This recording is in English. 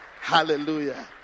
Hallelujah